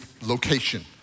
location